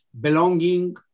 belonging